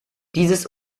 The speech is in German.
dieses